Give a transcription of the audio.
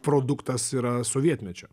produktas yra sovietmečio